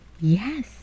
yes